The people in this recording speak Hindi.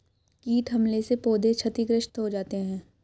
कीट हमले से पौधे क्षतिग्रस्त हो जाते है